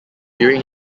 during